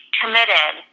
committed